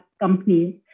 companies